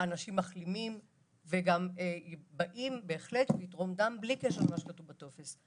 אנשים מחלימים ובאים לתרום דם בלי קשר למה שכתוב בטופס.